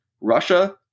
Russia